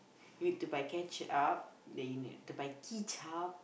you need to buy ketchup then you need to buy kicap